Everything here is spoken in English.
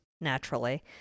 naturally